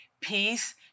peace